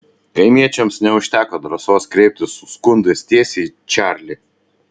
kaimiečiams neužteko drąsos kreiptis su skundais tiesiai į čarlį